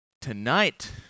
tonight